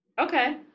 Okay